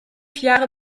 jahre